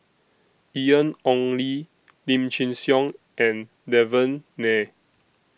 Ian Ong Li Lim Chin Siong and Devan Nair